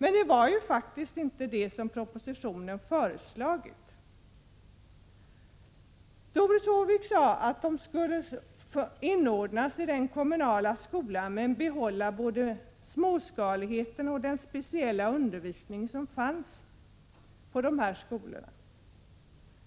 Men det är faktiskt vad som i propositionen föreslagits. Doris Håvik sade att skolorna skulle inordnas i den kommunala skolan, men behålla både småskaligheten och den speciella undervisning som finns på dessa skolor.